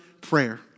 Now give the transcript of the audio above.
prayer